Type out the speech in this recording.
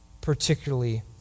particularly